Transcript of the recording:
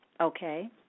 Okay